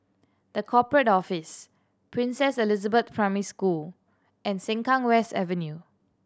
The Corporate Office Princess Elizabeth Primary School and Sengkang West Avenue